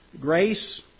Grace